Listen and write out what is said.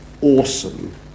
awesome